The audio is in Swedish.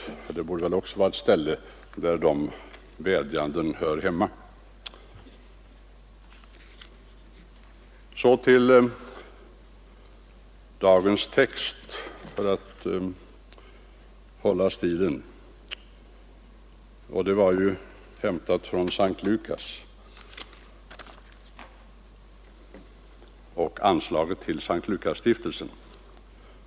Det borde väl också vara ett ställe, där dessa vädjanden hör hemma. Så till dagens text — för att hålla stilen — som är hämtad från S:t Lukas och anslaget till S:t Lukasstiftelsen.